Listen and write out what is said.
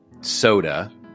soda